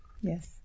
Yes